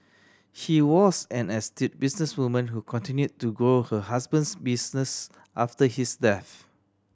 she was an astute businesswoman who continued to grow her husband's business after his death